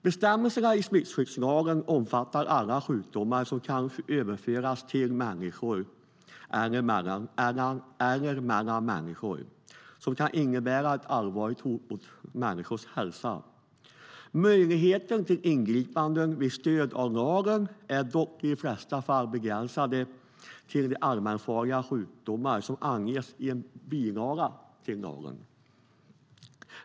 Bestämmelserna i smittskyddslagen omfattar alla sjukdomar som kan överföras till eller mellan människor och som kan innebära ett allvarligt hot mot människors hälsa. Möjligheterna till ingripanden med stöd av lagen är dock i de flesta fall begränsade till de allmänfarliga sjukdomar som anges i en bilaga till lagen.